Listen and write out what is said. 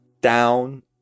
Down